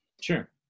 Sure